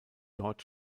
dort